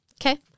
Okay